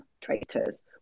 Traitors